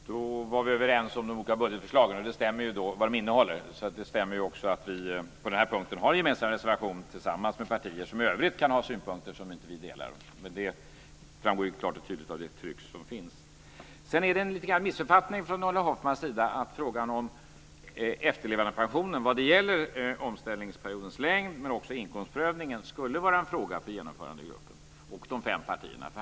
Fru talman! Då är vi överens om innehållet i de olika budgetförslagen. Det stämmer också att vi på den här punkten har en gemensam reservation tillsammans med partier som i övrigt kan ha synpunkter som vi inte delar. Det framgår klart och tydligt av trycket. Det är lite grann en missuppfattning från Ulla Hoffmann att frågan om efterlevandepensionen vad gäller dels omställningsperiodens längd, dels inkomstprövningen skulle vara en fråga för Genomförandegruppen och de fem partierna.